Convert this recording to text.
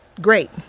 great